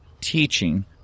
teaching